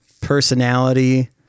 personality